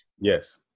Yes